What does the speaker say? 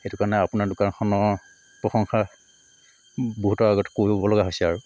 সেইটো কাৰণে আপোনাৰ দোকানখনৰ প্ৰশংসা বহুতৰ আগত কৰিব লগা হৈছে আৰু